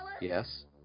Yes